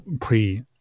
pre-